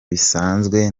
bisanzwe